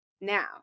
Now